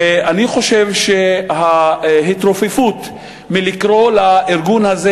ואני חושב שההתרופפות מלקרוא לארגון הזה,